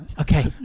Okay